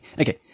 Okay